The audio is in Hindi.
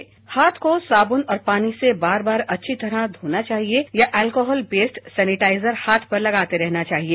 उसके हाथ को साबुन और पानी से बार बार अच्छी तरह हाथ धोने चाहिए या अल्कोहल बेस्ड सेनिटाइजर हाथ पर लगाते रहना चाहिए